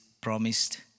promised